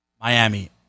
Miami